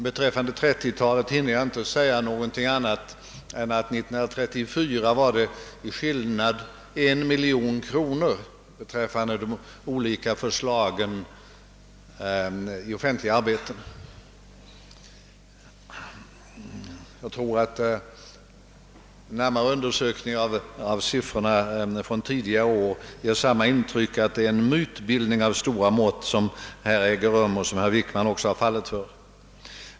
Beträffande 1930-talet hinner jag inte säga någonting annat än att det 1934 var en skillnad på 1 miljon kronor mella de olika förslagen beträffande offentliga arbeten. En närmare undersökning av siffrorna från tidigare år ger samma intryck, nämligen att det är en mytbildning av stora mått som här äger rum och som herr Wickman också har fallit för.